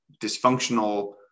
dysfunctional